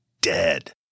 dead